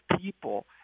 people